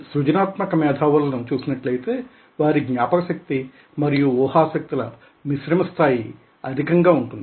సృజనాత్మక మేధావులను చూసినట్లయితే వారి జ్ఞాపకశక్తి మరియు ఊహాశక్తి ల మిశ్రమ స్థాయి అధికంగా ఉంటుంది